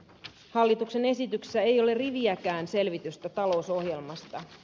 hallituksen esityksessä ei ole riviäkään selvitystä talousohjelmasta